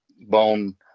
bone